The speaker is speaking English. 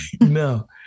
no